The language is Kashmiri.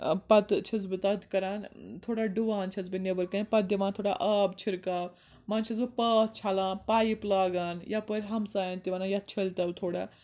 پَتہٕ چھَس بہٕ تَتھ کَران تھوڑا ڈُوان چھَس بہٕ نیبرٕ کَنہِ پَتہٕ دِوان تھوڑا آب چھِرکاو منزٕ چھَس بہٕ پاتھ چھَلان پایِپ لاگان یَپٲرۍ ہَمساَین تہِ وَنان یَتھ چھٔلتو تھوڑا